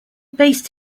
based